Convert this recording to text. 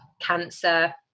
cancer